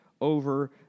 over